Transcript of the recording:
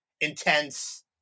intense